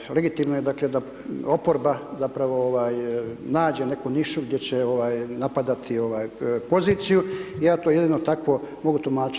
Ovaj, legitimno je dakle da oporba zapravo nađe neki nišu gdje će napadati poziciju, i ja to jedino tako mogu tumačiti.